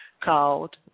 called